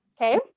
okay